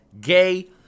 gay